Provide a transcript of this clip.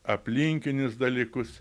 aplinkinius dalykus